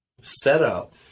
setup